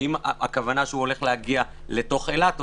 אם הכוונה שלו להגיע לתוך אילת,